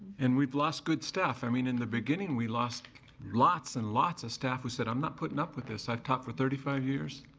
and we've lost good staff. i mean, in the beginning we lost lots and lots of staff who said i'm not putting up with this. i've taught for thirty five years.